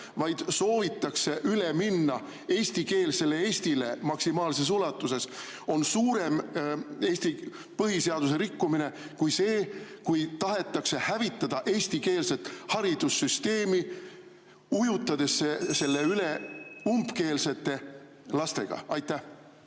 vaid soovitakse üle minna eestikeelsele Eestile maksimaalses ulatuses. See on [nagu] suurem Eesti põhiseaduse rikkumine kui see, kui tahetakse hävitada eestikeelset haridussüsteemi, ujutades selle üle umbkeelsete lastega. Aitäh!